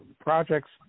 projects